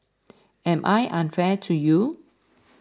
am I unfair to you